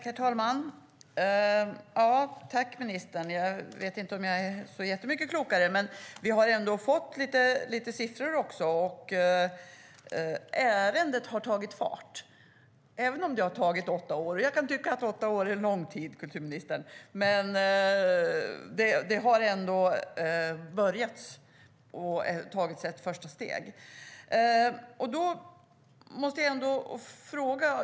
Herr talman! Tack, ministern! Jag vet inte om jag blev jättemycket klokare, men vi har fått lite siffror. Ärendet har tagit fart även om det har tagit åtta år. Jag kan tycka att åtta år är lång tid, kulturministern, men man har ändå börjat och tagit ett första steg.